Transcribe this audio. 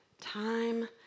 time